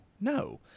no